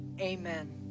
Amen